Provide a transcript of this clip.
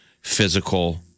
physical